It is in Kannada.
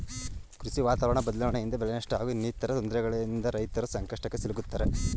ಕೃಷಿ ವಾತಾವರಣ ಬದ್ಲಾವಣೆಯಿಂದ ಬೆಳೆನಷ್ಟ ಹಾಗೂ ಇನ್ನಿತರ ತೊಂದ್ರೆಗಳಿಂದ ರೈತರು ಸಂಕಷ್ಟಕ್ಕೆ ಸಿಲುಕ್ತಾರೆ